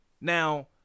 Now